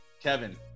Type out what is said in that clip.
kevin